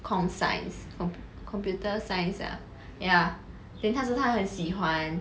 com science from computer science ah ya then 他说他很喜欢